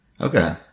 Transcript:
Okay